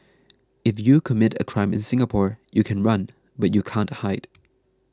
if you commit a crime in Singapore you can run but you can't hide